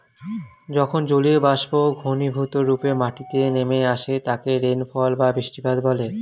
যখন জলীয়বাষ্প ঘনীভূতরূপে মাটিতে নেমে আসে তাকে রেনফল বা বৃষ্টিপাত বলে